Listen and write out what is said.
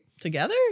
Together